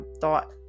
thought